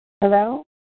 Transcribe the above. Hello